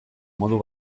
modu